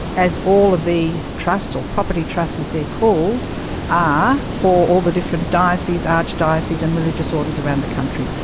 as all of the trusts, or property trusts as they're called are, for all the different dioceses, archdioceses and religious orders around the country.